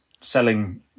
selling